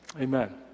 Amen